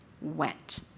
went